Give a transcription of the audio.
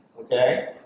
okay